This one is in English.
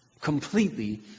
completely